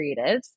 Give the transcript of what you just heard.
creatives